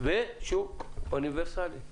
ושהוא אוניברסלי.